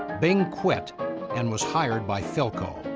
bing quit and was hired by philco.